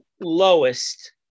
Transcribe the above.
lowest